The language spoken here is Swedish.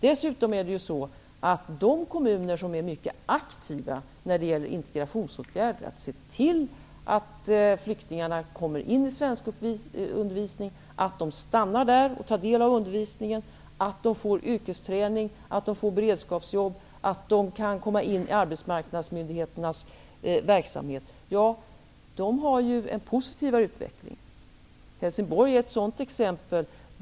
De kommuner som är mycket aktiva när det gäller integrationsåtgärder -- att se till att flyktingarna kommer in i svenskundervisning, att de stannar där och tar del av undervisningen, att de får yrkesträning, beredskapsjobb och att de kan komma in i arbetsmarknadsmyndigheternas verksamhet -- har ju en positivare utveckling. Helsingborg är ett sådant exempel.